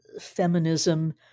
feminism